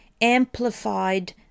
amplified